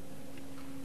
אדוני היושב-ראש,